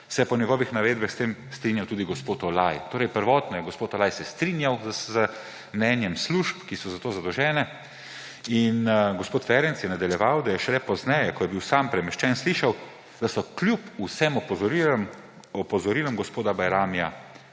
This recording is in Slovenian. se je, po njegovih navedbah, s tem strinjal tudi gospod Olaj. Torej, prvotno se je gospod Olaj strinjal z mnenjem služb, ki so za to zadolžene. In gospod Ferenc je nadaljeval, da je šele pozneje, ko je bil sam premeščen, slišal, da so kljub vsem opozorilom gospoda Bajramija